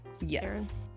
yes